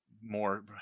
more